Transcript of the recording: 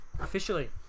Officially